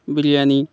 biryani